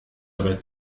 drei